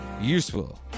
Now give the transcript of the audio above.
Useful